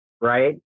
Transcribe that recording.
right